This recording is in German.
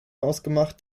ausgemacht